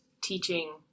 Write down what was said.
teaching